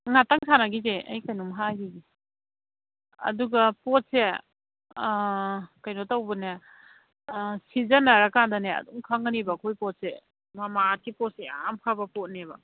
ꯉꯥꯛꯇꯪ ꯁꯥꯟꯅꯒꯤꯒꯦ ꯑꯩ ꯀꯩꯅꯣꯝ ꯍꯥꯏꯒꯤꯒꯦ ꯑꯗꯨꯒ ꯄꯣꯠꯁꯦ ꯀꯩꯅꯣ ꯇꯧꯕꯅꯦ ꯁꯤꯖꯤꯟꯅꯔ ꯀꯥꯟꯗꯅꯦ ꯈꯪꯒꯅꯤꯕ ꯑꯩꯈꯣꯏ ꯄꯣꯠꯁꯦ ꯃꯃꯥ ꯑꯥꯔꯠꯀꯤ ꯄꯣꯠꯁꯦ ꯌꯥꯝ ꯐꯕ ꯄꯣꯠꯅꯦꯕ